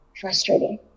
frustrating